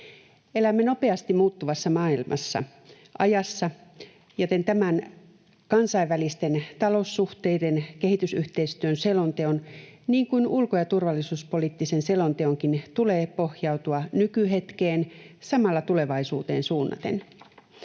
Elämme nopeasti muuttuvassa maailmassa, ajassa, joten tämän kansainvälisten taloussuhteiden ja kehitysyhteistyön selonteon niin kuin ulko- ja turvallisuuspoliittisen selonteonkin tulee pohjautua nykyhetkeen samalla tulevaisuuteen suunnaten.